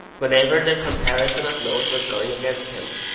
whenever their comparison of notes was going against him,